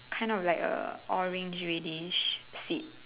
kind of like a orange reddish feet